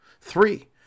Three